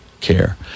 care